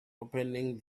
opening